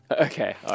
Okay